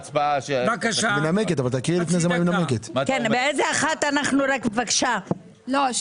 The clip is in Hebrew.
הצבעה ההסתייגות לא נתקבלה ההסתייגות לא התקבלה.